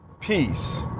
peace